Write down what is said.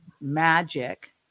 magic